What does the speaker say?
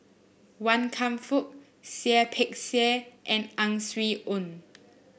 Wan Kam Fook Seah Peck Seah and Ang Swee Aun